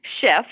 shift